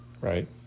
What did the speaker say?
right